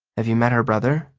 have you met her brother?